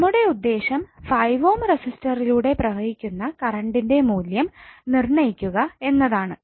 നമ്മുടെ ഉദ്ദേശം five ohm റസിസ്റ്ററിലൂടെ പ്രവഹിക്കുന്ന കറണ്ടിന്റെ മൂല്യം നിർണ്ണയിക്കുക എന്നതാണ്